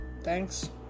thanks